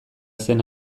zen